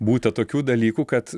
būta tokių dalykų kad